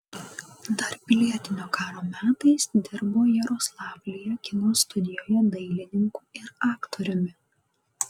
dar pilietinio karo metais dirbo jaroslavlyje kino studijoje dailininku ir aktoriumi